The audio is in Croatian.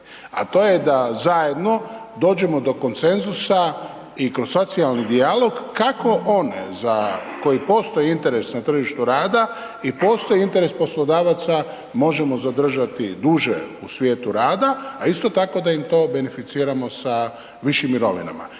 a to je da zajedno dođemo do konsenzusa i kroz socijalni dijalog kako oni za koje postoji interes na tržištu rada i postoji interes poslodavaca, možemo zadržati duže u svijetu rada a isto tako da im to beneficiramo sa višim mirovinama.